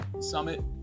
summit